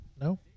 no